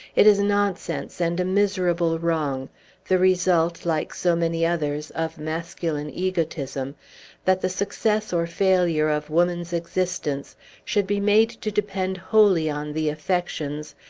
it is nonsense, and a miserable wrong the result, like so many others, of masculine egotism that the success or failure of woman's existence should be made to depend wholly on the affections,